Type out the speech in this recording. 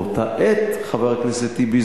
חבר הכנסת טיבי,